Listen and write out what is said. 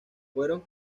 fueron